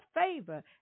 favor